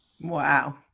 wow